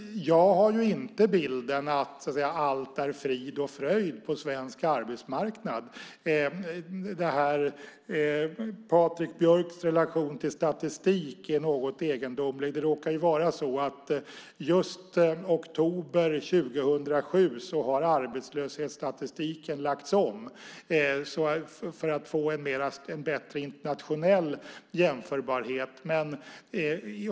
Jag har inte den bilden att allt är frid och fröjd på svensk arbetsmarknad. Patrik Björcks relation till statistik är något egendomlig. Det råkar vara så att just i oktober 2007 har arbetslöshetsstatistiken lagts om för att vi ska få en bättre internationell jämförbarhet.